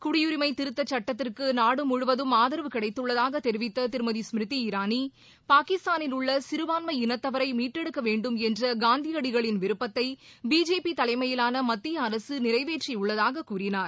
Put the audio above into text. குடியுரினமதிருத்தசட்டத்திற்குநாடுமுழுவதும் ஆதரவு கிடைத்துள்ளதாகதெரிவித்ததிருமதி ஸ்மிருதி இரானி பாகிஸ்தானில் உள்ளசிறுபான்மை இனத்தவரைமீட்டெடுக்கவேண்டும் என்றகாந்தியடிகளின் விருப்பத்தைபிஜேபிதலைமையிலானமத்திய அரசுநிறைவேற்றியுள்ளதாககூறினார்